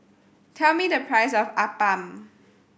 tell me the price of appam